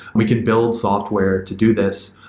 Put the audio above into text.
we can build software to do this.